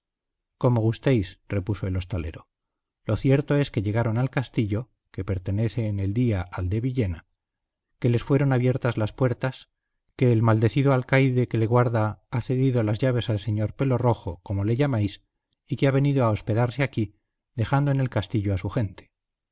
como gustéis repuso el hostalero lo cierto es que llegaron al castillo que pertenece en el día al de villena que les fueron abiertas las puertas que el maldecido alcaide que le guardaba ha cedido las llaves al señor pelo rojo como le llamáis y que ha venido a hospedarse aquí dejando en el castillo a su gente